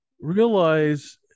realize